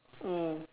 mm